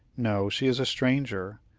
no, she is a stranger.